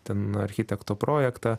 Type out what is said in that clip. ten architekto projektą